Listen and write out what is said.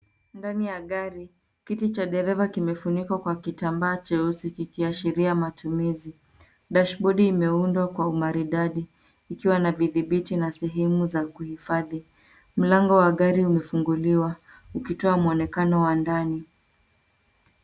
Ndani ya gari, kiti cha dereva kimefunikwa kwa kitambaa cheusi kikiashiria matumizi. Dashibodi imeundwa kwa umaridadi ikiwa na vidhibiti na sehemu za kuhifadhi. Mlango wa gari umefunguliwa ukitoa muonekanao wa ndani.